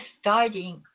starting